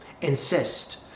insist